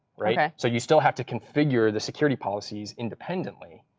yeah so you still have to configure the security policies independently.